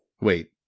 Wait